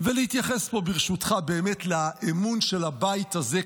ולהתייחס פה ברשותך באמת לאמון של הבית הזה,